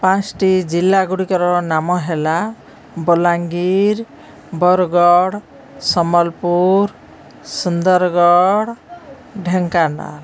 ପାଞ୍ଚଟି ଜିଲ୍ଲା ଗୁଡ଼ିକର ନାମ ହେଲା ବଲାଙ୍ଗୀର ବରଗଡ଼ ସମ୍ବଲପୁର ସୁନ୍ଦରଗଡ଼ ଢେଙ୍କାନାଳ